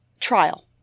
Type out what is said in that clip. trial